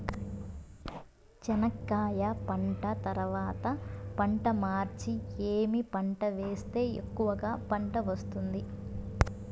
చెనక్కాయ పంట తర్వాత పంట మార్చి ఏమి పంట వేస్తే ఎక్కువగా పంట వస్తుంది?